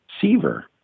Seaver